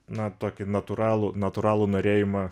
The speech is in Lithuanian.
na tokį natūralų natūralų norėjimą